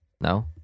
No